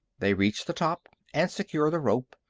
they reached the top and secured the rope,